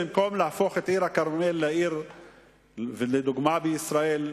במקום להפוך את עיר-הכרמל לעיר לדוגמה בישראל,